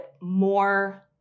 more